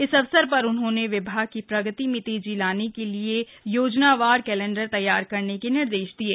इस अवसर पर उन्होंने विभाग की प्रगति में तेजी लाने के लिए योजनावार केलेण्डर तैयार करने के निर्देश दिये